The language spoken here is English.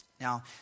Now